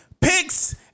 Picks